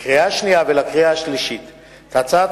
לקריאה שנייה ולקריאה שלישית את הצעת